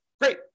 Great